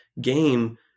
game